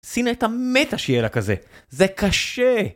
סינתה מתה שיהיה לה כזה, זה קשה!